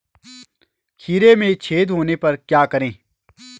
खीरे में छेद होने पर क्या करें?